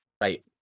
right